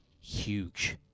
huge